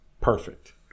perfect